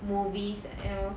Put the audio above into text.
movies you know